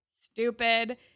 stupid